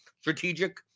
strategic